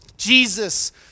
Jesus